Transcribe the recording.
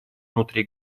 внутри